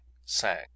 sang